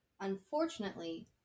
unfortunately